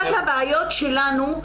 אחת הבעיות שלנו,